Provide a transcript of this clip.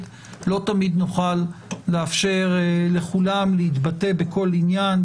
שלא תמיד נוכל לאפשר לכולם להתבטא בכל עניין,